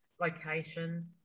location